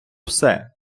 все